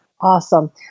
awesome